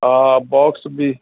हा बॉक्स बि